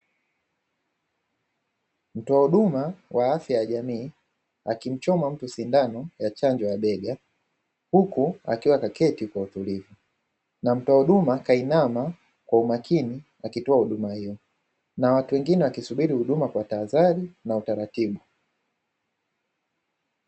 Mtoa huduma kwa afya ya jamii akimchoma mtu sindano ya chanjo ya bega, huku akiwa kaketi kwa utulivu. Na mtoa huduma kainama kwa umakini akitoa huduma hiyo, na watu wengine wakisubiri huduma kwa tahadhari na utaratibu.